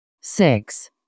six